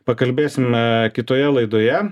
pakalbėsime kitoje laidoje